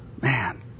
Man